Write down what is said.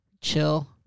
chill